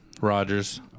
Rodgers